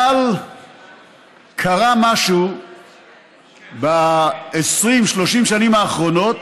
אבל קרה משהו ב-20, 30 השנים האחרונות